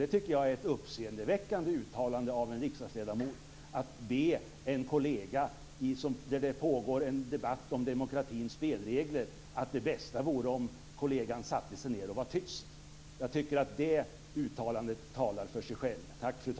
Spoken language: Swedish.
Jag tycker att det är ett uppseendeväckande uttalande av en riksdagsledamot att, när det pågår en debatt om demokratins spelregler, säga åt en kollega att det bästa vore om kollegan satte sig ned och var tyst. Jag tycker att det uttalandet talar för sig självt.